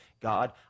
God